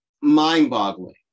mind-boggling